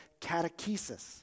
catechesis